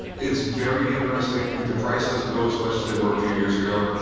it's very interesting. the price doesn't go as much as they were a few years ago.